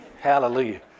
hallelujah